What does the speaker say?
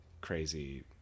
crazy